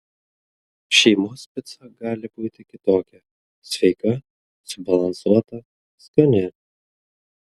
šeimos pica gali būti kitokia sveika subalansuota skani